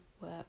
Work